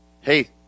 hey